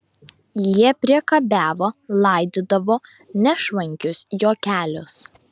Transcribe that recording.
jie priekabiavo laidydavo nešvankius juokelius